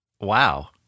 Wow